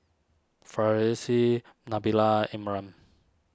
Farish Nabila Imran